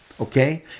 Okay